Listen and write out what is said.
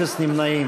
אפס נמנעים.